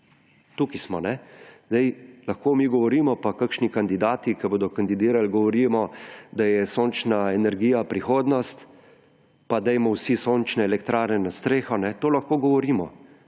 Tukaj smo. Zdaj lahko mi govorimo in kakšni kandidati, ki bodo kandidirali, govorijo, da je sončna energija prihodnost in dajmo vsi sončne elektrarne na streho. To lahko govorimo,